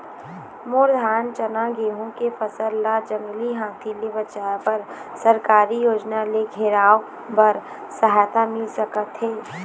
मोर धान चना गेहूं के फसल ला जंगली हाथी ले बचाए बर सरकारी योजना ले घेराओ बर सहायता मिल सका थे?